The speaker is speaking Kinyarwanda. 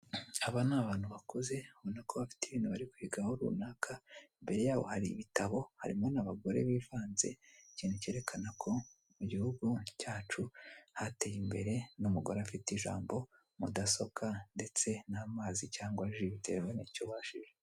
Aba ni anantu bakuze ubona ko bafite ibintu bari kwigaho runaka, imbere yabo hari ibitabo, harimo n'abagore bivaze, ikintu cyerekana ko mu gihugu cyacu hateye imbere n'umugore afite ijambo, mudasobwa ndetse n'amazi cyangwa ji bitewe n'icyo ubashije.